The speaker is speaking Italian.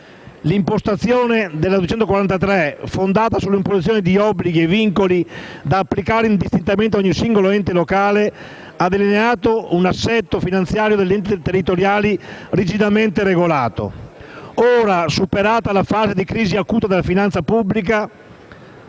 L'impostazione della legge n. 243, fondata sull'imposizione di obblighi e vincoli da applicare indistintamente a ogni singolo ente locale, ha delineato un assetto finanziario degli enti territoriali rigidamente regolato. Ora, superata la fase di crisi acuta della finanza pubblica,